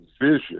vision